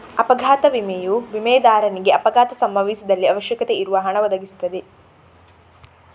ಅಪಘಾತ ವಿಮೆಯು ವಿಮೆದಾರನಿಗೆ ಅಪಘಾತ ಸಂಭವಿಸಿದಲ್ಲಿ ಅವಶ್ಯಕತೆ ಇರುವ ಹಣ ಒದಗಿಸ್ತದೆ